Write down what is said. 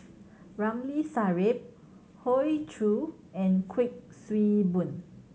Ramli Sarip Hoey Choo and Kuik Swee Boon